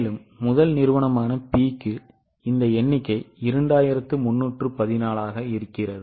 எனவே முதல் நிறுவனமான P க்கு இந்த எண்ணிக்கை 2314 ஆக உள்ளது